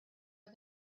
are